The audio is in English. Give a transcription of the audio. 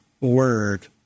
word